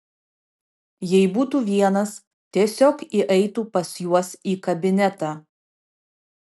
jei būtų vienas tiesiog įeitų pas juos į kabinetą